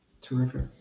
Terrific